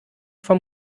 vom